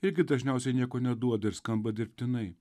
irgi dažniausiai nieko neduoda ir skamba dirbtinai